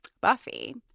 Buffy